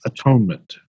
atonement